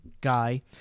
guy